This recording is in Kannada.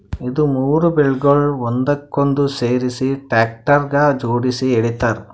ಇದು ಮೂರು ಬೇಲ್ಗೊಳ್ ಒಂದಕ್ಕೊಂದು ಸೇರಿಸಿ ಟ್ರ್ಯಾಕ್ಟರ್ಗ ಜೋಡುಸಿ ಎಳಿತಾರ್